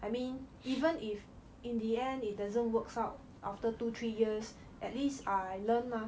I mean even if in the end it doesn't works out after two three years at least I learn mah